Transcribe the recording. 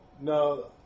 No